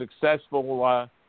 successful